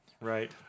Right